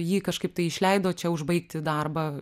jį kažkaip tai išleido čia užbaigti darbą